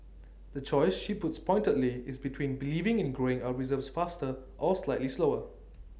the choice she puts pointedly is between believing in growing our reserves faster or slightly slower